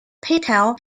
patel